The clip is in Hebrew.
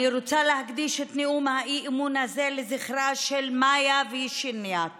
אני רוצה להקדיש את נאום האי-אמון הזה לזכרה של מאיה וישניאק